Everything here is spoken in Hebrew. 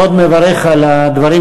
אני מאוד מברך על הדברים,